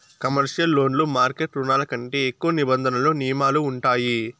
commercial లోన్లు market రుణాల కంటే ఎక్కువ నిబంధనలు నియమాలు ఉంటాయి